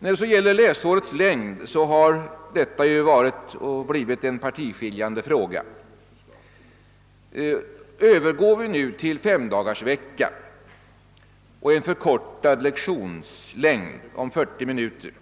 Lärårets längd har ju blivit en partiskiljande fråga. Övergår vi nu till femdagarsvecka och en förkortad lektionslängd om 40 minuter,